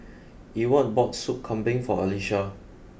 Ewart bought Sup Kambing for Alesha